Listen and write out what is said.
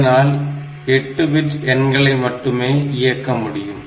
இதனால் 8 பிட் எண்களை மட்டுமே இயக்க முடியும்